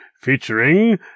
Featuring